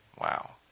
Wow